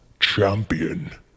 Champion